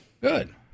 Good